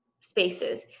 spaces